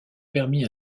permis